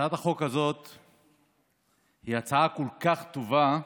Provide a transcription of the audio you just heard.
הצעת החוק הזאת היא הצעה כל כך טובה,